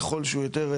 ככל שהוא יותר,